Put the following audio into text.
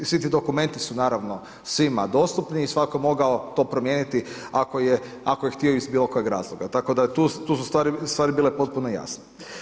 Mislim i svi ti dokumenti su naravno svima dostupni i svatko je mogao to promijeniti ako je htio iz bilo kojeg razloga, tako da tu su stvari bile potpuno jasne.